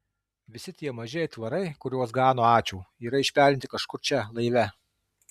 visi tie maži aitvarai kuriuos gano ačiū yra išperinti kažkur čia laive